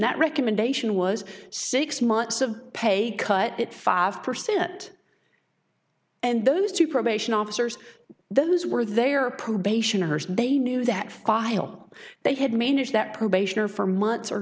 that recommendation was six months of pay cut it five percent and those two probation officers those were their probationers they knew that file they had mange that probation or four months or